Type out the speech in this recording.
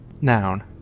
Noun